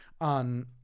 on